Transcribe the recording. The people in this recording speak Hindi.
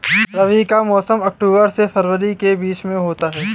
रबी का मौसम अक्टूबर से फरवरी के बीच में होता है